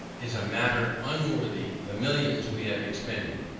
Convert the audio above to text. is a matter unworthy the millions we have expended.